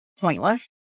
pointless